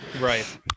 Right